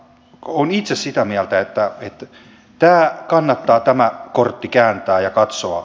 olen itse sitä mieltä että tämä kortti kannattaa kääntää ja katsoa